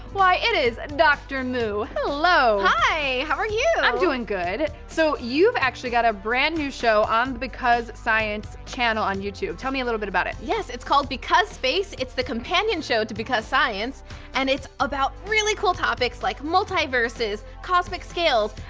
why it is dr. moo. hello. hi, how are you? i'm doing good. so you've actually got a brand new show on the because science channel on youtube. tell me a little bit about it. yes, it's called because space. it's the companion show to because science and it's about really cool topics like multiverses, cosmic scales,